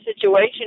situation